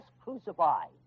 crucified